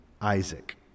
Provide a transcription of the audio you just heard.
isaac